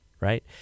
right